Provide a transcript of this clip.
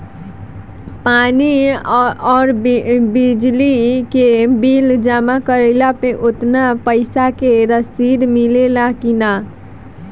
पानी आउरबिजली के बिल जमा कईला पर उतना पईसा के रसिद मिली की न?